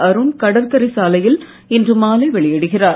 அருண் கடற்கரை சாலையில் இன்று மாலை வெளியிடுகிறார்